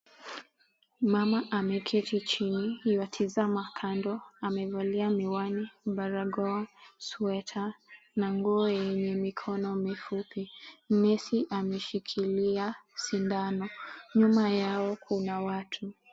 Mama ameketi chini, yuatizama kando. Amevalia miwani, barakoa , sweta na nguo yenye mikono mifupi. Nesii ameshikilia sindano. Nyuma yao kuna watu.